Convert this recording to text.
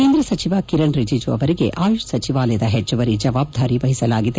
ಕೇಂದ್ರ ಸಚಿವ ಕಿರಣ್ ರಿಜಿಜು ಅವರಿಗೆ ಆಯುಷ್ ಸಚಿವಾಲಯದ ಹೆಚ್ಚುವರಿ ಜವಾಬ್ದಾರಿ ವಹಿಸಲಾಗಿದೆ